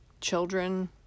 children